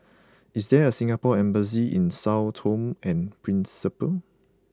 is there a Singapore Embassy in Sao Tome and Principe